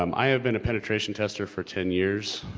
um i have been a penetration tester for ten years.